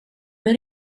med